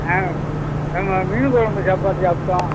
ஆ ஆமாம் மீன் குழம்பு சாப்பாடு சாப்பிட்டோம்